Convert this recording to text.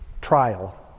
trial